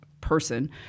person